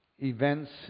Events